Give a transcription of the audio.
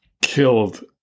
killed